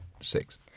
six